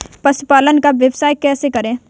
पशुपालन का व्यवसाय कैसे करें?